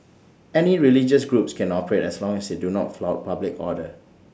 any religious groups can operate as long as they do not flout public order